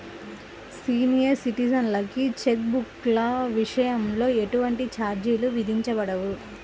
senior సిటిజన్లకి cheque బుక్ల విషయంలో ఎటువంటి ఛార్జీలు విధించబడవు